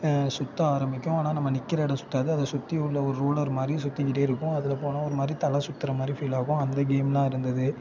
சுற்ற ஆரம்பிக்கும் ஆனால் நம்ம நிக்கிற இடம் சுத்தாது அதை சுற்றி உள்ள ஒரு ரூலர் மாதிரி சுற்றிக்கிட்டே இருக்கும் அதில் போனால் ஒரு மாதிரி தலை சுத்துகிற மாதிரி ஃபீல் ஆகும் அந்த கேம்லாம் இருந்தது